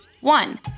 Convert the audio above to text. One